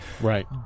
Right